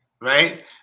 right